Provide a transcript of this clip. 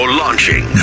launching